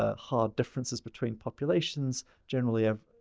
ah how differences between populations generally have